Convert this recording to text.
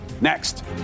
Next